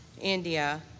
India